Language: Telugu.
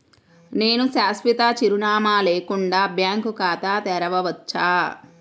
నేను శాశ్వత చిరునామా లేకుండా బ్యాంక్ ఖాతా తెరవచ్చా?